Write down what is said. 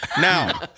Now